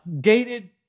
gated